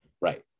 Right